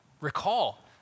recall